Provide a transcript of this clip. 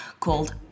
called